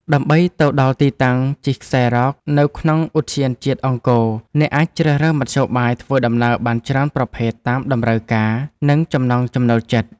ដើម្បីទៅដល់ទីតាំងជិះខ្សែរ៉កនៅក្នុងឧទ្យានជាតិអង្គរ អ្នកអាចជ្រើសរើសមធ្យោបាយធ្វើដំណើរបានច្រើនប្រភេទតាមតម្រូវការ និងចំណង់ចំណូលចិត្ត។